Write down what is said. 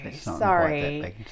sorry